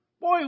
Boy